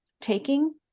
taking